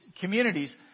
communities